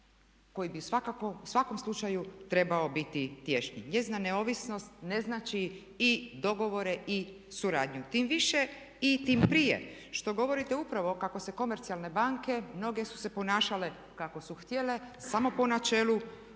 svakako u svakom slučaju trebao biti tješnji. Njezina neovisnost ne znači i dogovore i suradnju. Tim više i tim prije što govorite upravo kako se komercijalne banke, mnoge su se ponašale kako su htjele, samo po načelu